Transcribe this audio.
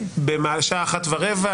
בשעה 13:15,